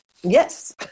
Yes